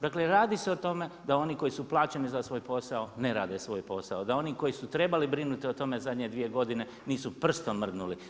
Dakle radi se o tome da oni koji su plaćeni za svoj posao ne rade svoj posao, da oni koji su trebali brinuti o tome zadnje dvije godine nisu prstom mrdnuli.